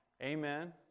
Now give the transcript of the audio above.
Amen